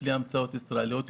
בלי המצאות ישראליות ייחודיות.